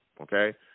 okay